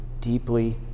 deeply